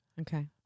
Okay